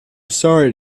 sorry